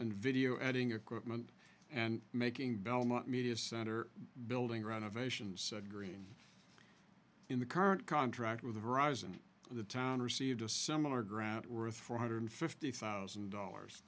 and video editing equipment and making belmont media center building renovation said green in the current contract with horizon the town received a similar grant worth four hundred fifty thousand dollars